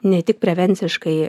ne tik prevenciškai